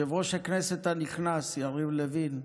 יושב-ראש הכנסת הנכנס יריב לוין,